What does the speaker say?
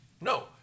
No